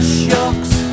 shocks